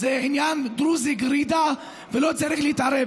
זה עניין דרוזי גרידא ולא צריך להתערב.